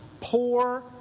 poor